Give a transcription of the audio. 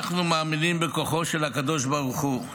אנחנו מאמינים בכוחו של הקדוש ברוך הוא,